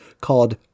called